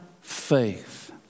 faith